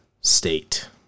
State